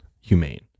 humane